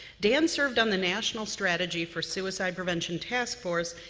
dan served on the national strategy for suicide prevention taskforce,